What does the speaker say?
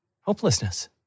hopelessness